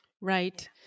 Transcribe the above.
Right